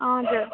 हजुर